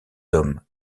hommes